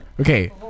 okay